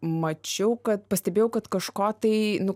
mačiau kad pastebėjau kad kažko tai nu